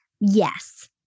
yes